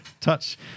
Touch